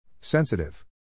Sensitive